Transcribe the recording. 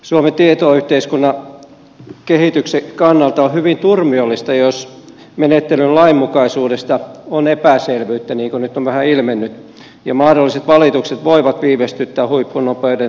suomen tietoyhteiskunnan kehityksen kannalta on hyvin turmiollista jos menettelyn lainmukaisuudesta on epäselvyyttä niin kuin nyt on vähän ilmennyt ja mahdolliset valitukset voivat viivästyttää huippunopeiden laajakaistaverkkojen rakentamista